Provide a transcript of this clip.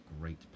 great